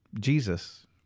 Jesus